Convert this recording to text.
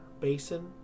basin